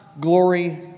glory